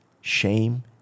shame